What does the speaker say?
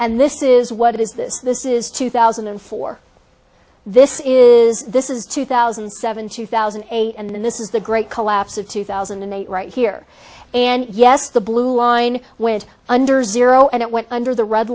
and this is what it is this this is two thousand and four this is this is two thousand and seven two thousand and eight and this is the great collapse of two thousand and eight right here and yes the blueline went under zero and it went under the red